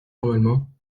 normalement